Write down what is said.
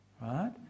Right